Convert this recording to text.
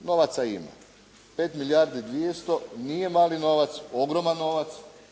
Novaca ima. 5 milijardi 200 nije mali novac, ogroman novac,